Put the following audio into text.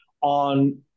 on